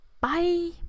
bye